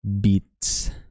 beats